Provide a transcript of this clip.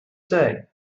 say